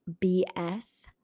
BS